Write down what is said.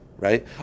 Right